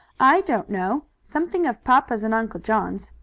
i don't know. something of papa's and uncle john's.